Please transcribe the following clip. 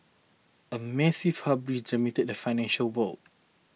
a massive hubris dominated the financial world